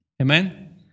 Amen